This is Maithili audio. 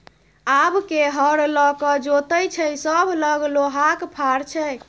आब के हर लकए जोतैय छै सभ लग लोहाक फार छै